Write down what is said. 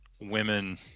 women